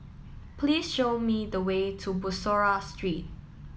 please show me the way to Bussorah Street